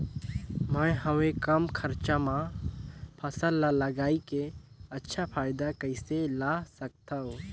मैं हवे कम खरचा मा फसल ला लगई के अच्छा फायदा कइसे ला सकथव?